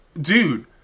Dude